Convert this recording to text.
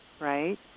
right